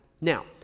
Now